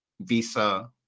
visa